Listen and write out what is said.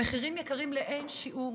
המחירים יקרים לאין שיעור